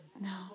No